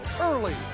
early